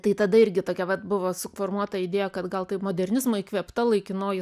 tai tada irgi tokia vat buvo suformuota idėja kad gal taip modernizmo įkvėpta laikinoji